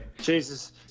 Jesus